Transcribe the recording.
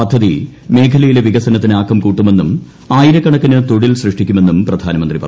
പദ്ധതി മേഖലയിലെ വികസനത്തിന് ആക്കം കൂട്ടുമെന്നും ആയിരക്കണക്കിന് തൊഴിൽ സൃഷ്ടിക്കപ്പെടുമെന്നും പ്രധാനമന്ത്രി പറഞ്ഞു